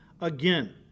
again